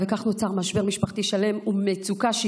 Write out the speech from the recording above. וכך נוצר משבר משפחתי שלם ומצוקה שהיא